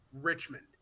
Richmond